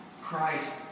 Christ